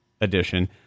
Edition